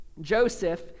Joseph